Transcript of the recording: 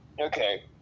Okay